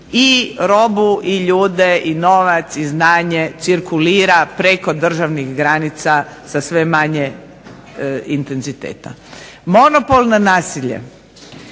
i robu i ljude i novac i znanje cirkulira preko državnih granica sa sve manje intenziteta. Monopol na nasilje